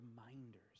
reminders